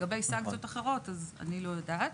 לגבי סנקציות אחרות אז אני לא יודעת.